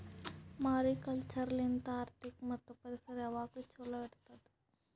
mariculture ಲಿಂತ್ ಆರ್ಥಿಕ ಮತ್ತ್ ಪರಿಸರ ಯಾವಾಗ್ಲೂ ಛಲೋ ಇಡತ್ತುದ್